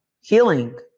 healing